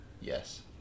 Yes